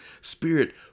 Spirit